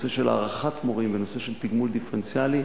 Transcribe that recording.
הנושא של הערכת מורים והנושא של תגמול דיפרנציאלי,